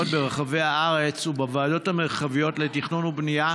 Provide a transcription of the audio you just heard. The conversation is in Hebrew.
ברחבי הארץ ובוועדות המרחביות לתכנון ובנייה